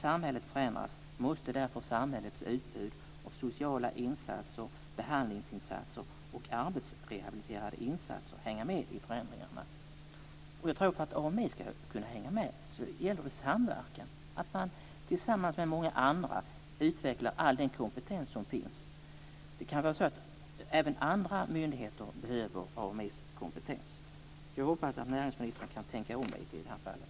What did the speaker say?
Samhällets utbud av sociala insatser, behandlingsinsatser och arbetsrehabiliterande insatser måste därför hänga med i förändringarna. För att AMI ska kunna hänga med gäller det att samverka, att man tillsammans med många andra utvecklar all den kompetens som finns. Även andra myndigheter kan behöva AMI:s kompetens. Jag hoppas att näringsministern kan tänka om i det här fallet.